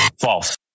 false